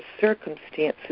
circumstances